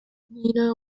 nina